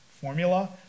formula